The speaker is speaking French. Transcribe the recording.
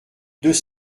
deux